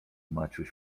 maciuś